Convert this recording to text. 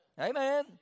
Amen